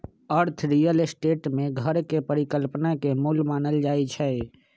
अर्थ real estate में घर के परिकल्पना के मूल मानल जाई छई